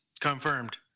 Confirmed